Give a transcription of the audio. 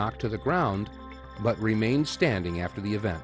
knocked to the ground but remained standing after the event